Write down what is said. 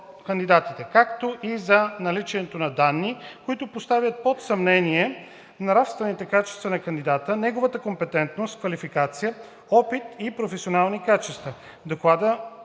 кандидатите, както и за наличието на данни, които поставят под съмнение нравствените качества на кандидата, неговата компетентност, квалификация, опит и професионални качества. В доклада